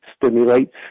stimulates